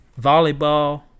volleyball